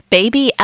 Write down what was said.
，Baby